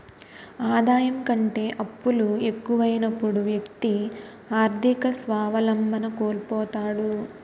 ఆదాయం కంటే అప్పులు ఎక్కువైనప్పుడు వ్యక్తి ఆర్థిక స్వావలంబన కోల్పోతాడు